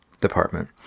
department